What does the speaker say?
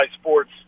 sports